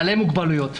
בעלי מוגבלויות.